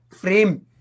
frame